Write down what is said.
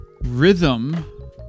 rhythm